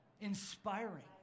inspiring